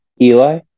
Eli